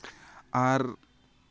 ᱟᱨ